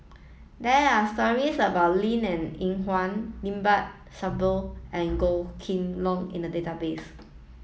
there are stories about Linn In Hua Limat Sabtu and Goh Kheng Long in the database